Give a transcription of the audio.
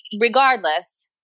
regardless